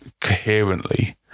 coherently